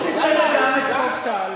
השר ליצמן, אי-אפשר להפריע.